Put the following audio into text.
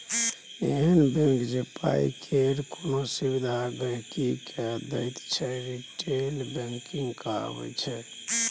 एहन बैंक जे पाइ केर कोनो सुविधा गांहिकी के दैत छै रिटेल बैंकिंग कहाबै छै